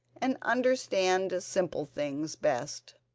and understand simple things best.